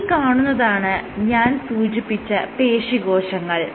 ഈ കാണുന്നതാണ് ഞാൻ സൂചിപ്പിച്ച പേശീകോശങ്ങൾ